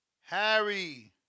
Harry